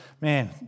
Man